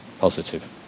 positive